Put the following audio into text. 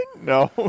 No